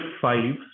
five